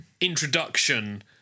introduction